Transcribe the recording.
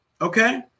okay